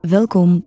Welkom